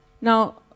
Now